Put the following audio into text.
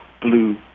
blue